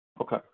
Okay